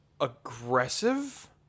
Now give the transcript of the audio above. aggressive